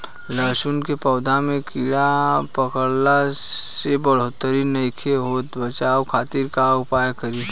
लहसुन के पौधा में कीड़ा पकड़ला से बढ़ोतरी नईखे होत बचाव खातिर का उपाय करी?